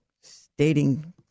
stating